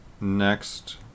next